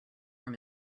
from